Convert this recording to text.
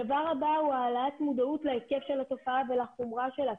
הדבר הבא הוא העלאת מודעות להיקף של התופעה ולחומרה שלה,